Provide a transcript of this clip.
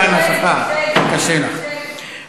אני, קשה לי, קשה לי.